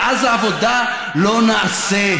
ואז העבודה לא נעשית.